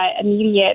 immediate